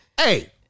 Hey